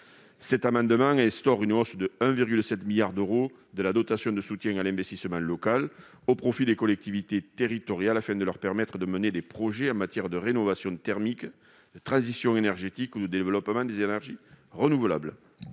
Cet amendement vise à instaurer une hausse de 1,7 milliard d'euros de la dotation de soutien à l'investissement local au profit des collectivités territoriales, afin de leur permettre de mener des projets en matière de rénovation thermique, de transition énergétique ou de développement des énergies renouvelables.